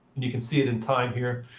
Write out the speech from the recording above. and you can see it in time here.